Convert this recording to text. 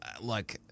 look